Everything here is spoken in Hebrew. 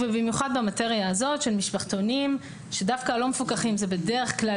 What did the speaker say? במיוחד במטריה הזאת של משפחתונים שדווקא לא מפוקחים - זאת בדרך כלל